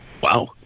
Wow